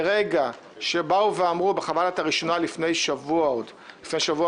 ברגע שבאו ואמרו בחוות הדעת הראשונה לפני שבוע ויום